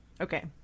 Okay